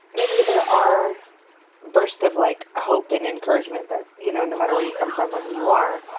maybe there are bursts of, like, hope and encouragement that, you know, no matter where you come from or who you are,